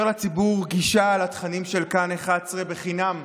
לציבור גישה לתכנים של כאן 11 בחינם.